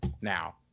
now